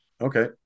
Okay